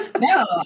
no